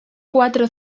cuatro